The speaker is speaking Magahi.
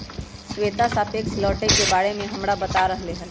श्वेता सापेक्ष लौटे के बारे में हमरा बता रहले हल